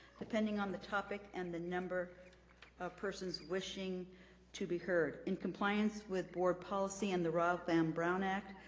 depending on the topic and the number of persons wishing to be heard. in compliance with board policy and the ralph m. brown act,